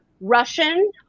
Russian